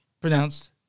pronounced